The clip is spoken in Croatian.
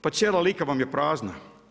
Pa cijela Lika vam je prazna.